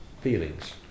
feelings